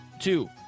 two